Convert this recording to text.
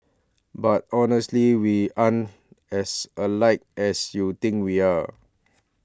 but honestly we aren't as alike as you think we are